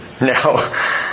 Now